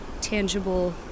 tangible